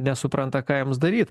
nesupranta ką jiems daryt